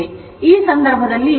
ಆದ್ದರಿಂದ ಈ ಸಂದರ್ಭದಲ್ಲಿ ಏನಾಗುತ್ತಿದೆ